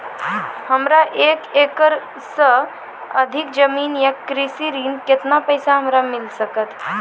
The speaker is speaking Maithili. हमरा एक एकरऽ सऽ अधिक जमीन या कृषि ऋण केतना पैसा हमरा मिल सकत?